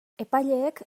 epaileek